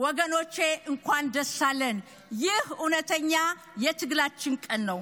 היום הוא יום שילדינו יכולים להתגאות בו.)